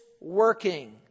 working